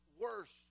worse